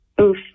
Oof